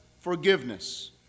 forgiveness